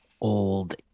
old